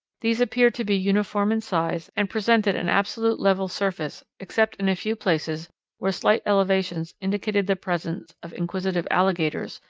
these appeared to be uniform in size, and presented an absolutely level surface except in a few places where slight elevations indicated the presence of inquisitive alligators,